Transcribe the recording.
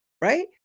Right